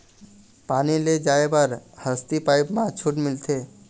पानी ले जाय बर हसती पाइप मा छूट मिलथे?